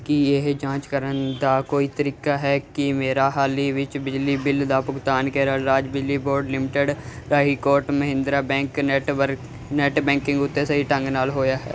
ਕੀ ਇਹ ਜਾਂਚ ਕਰਨ ਦਾ ਕੋਈ ਤਰੀਕਾ ਹੈ ਕੀ ਮੇਰਾ ਹਾਲੀ ਵਿੱਚ ਬਿਜਲੀ ਬਿੱਲ ਦਾ ਭੁਗਤਾਨ ਕੇਰਲ ਰਾਜ ਬਿਜਲੀ ਬੋਰਡ ਲਿਮਟਡ ਰਾਹੀਂ Kotak Mahindra bank network net banking ਉੱਤੇ ਸਹੀ ਢੰਗ ਨਾਲ ਹੋਇਆ ਹੈ